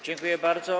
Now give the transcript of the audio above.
Dziękuję bardzo.